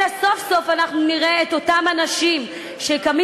אלא סוף-סוף אנחנו נראה את אותם אנשים שקמים